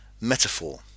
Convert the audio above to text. metaphor